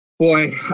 Boy